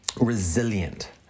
resilient